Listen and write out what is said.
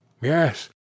Yes